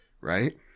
right